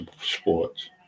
sports